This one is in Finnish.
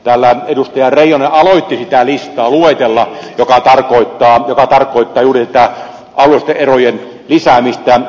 täällä edustaja reijonen alkoi sitä listaa luetella joka tarkoittaa juuri tätä alueellisten erojen lisäämistä